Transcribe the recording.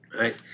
Right